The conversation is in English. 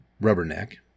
Rubberneck